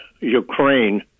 ukraine